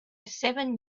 seven